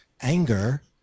anger